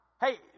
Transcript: Hey